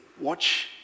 watch